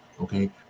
okay